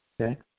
Okay